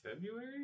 February